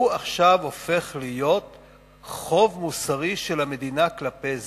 עכשיו הוא הופך להיות חוב מוסרי של המדינה כלפי אזרחיה.